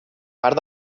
part